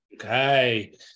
Okay